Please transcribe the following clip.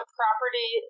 property